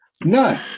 No